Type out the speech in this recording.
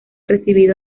recibido